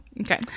Okay